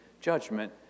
judgment